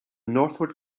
northward